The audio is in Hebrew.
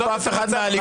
אין כאן אף אחד מהליכוד.